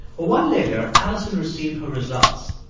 a while later, alison received her results.